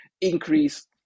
increase